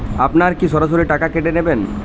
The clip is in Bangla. আপনারা কি সরাসরি টাকা কেটে নেবেন?